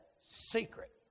secret